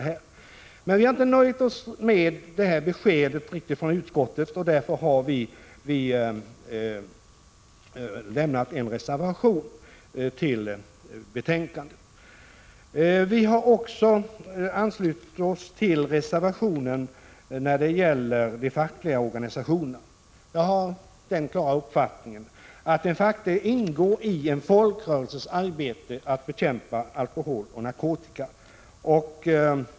Vi har emellertid inte nöjt oss med detta besked från utskottet, och därför har vi fogat en reservation till betänkandet. Vi har också anslutit oss till reservation 2, som tar upp de fackliga organisationerna. Jag har uppfattningen att det ingår i en folkrörelses arbete att bekämpa alkohol och narkotika.